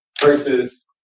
versus